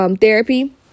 therapy